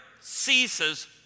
ceases